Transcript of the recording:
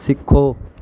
ਸਿੱਖੋ